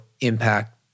impact